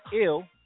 ill